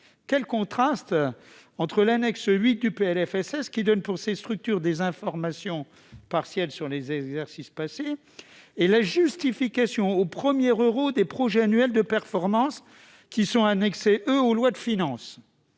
Quel contraste entre l'annexe 8 du PLFSS, qui donne pour ces structures des informations partielles sur les exercices passés, et la justification au premier euro des projets annuels de performance annexés aux lois de finances !